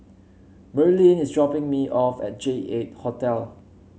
Merilyn is dropping me off at J eight Hotel